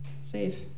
safe